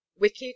wicked